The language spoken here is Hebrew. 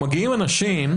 מגיעים אנשים,